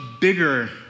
bigger